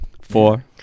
four